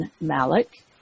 Malik